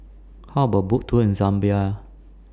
How about A Boat Tour in Zambia